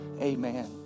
Amen